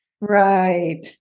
Right